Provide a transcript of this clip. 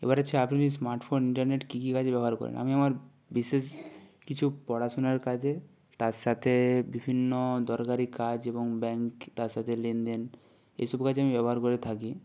এবারে হচ্ছে আপনি স্মার্ট ফোন ইন্টারনেট কী কী কাজে ব্যবহার করেন আমি আমার বিশেষ কিছু পড়াশোনার কাজে তার সাথে বিভিন্ন দরকারি কাজ এবং ব্যাংক তার সাথে লেনদেন এসব কাজে আমি ব্যবহার করে থাকি